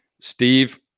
Steve